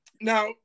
Now